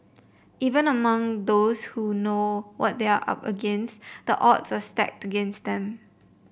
even among those who know what they are up against the odds are stacked against them